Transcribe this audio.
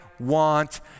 want